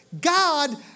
God